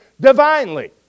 divinely